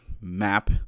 map